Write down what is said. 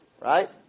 Right